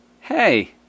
Hey